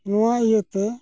ᱱᱚᱣᱟ ᱤᱭᱟᱹᱛᱮ